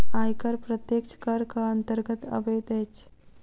आयकर प्रत्यक्ष करक अन्तर्गत अबैत अछि